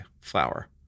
flower